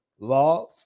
Love